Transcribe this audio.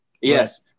Yes